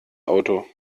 auto